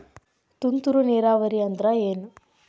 ತುಂತುರು ನೇರಾವರಿ ಅಂದ್ರ ಏನ್?